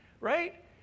right